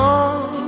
on